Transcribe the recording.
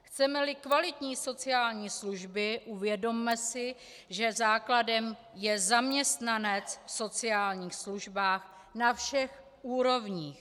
Chcemeli kvalitní sociální služby, uvědomme si, že základem je zaměstnanec v sociálních službách na všech úrovních.